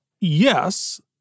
Yes